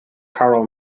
karl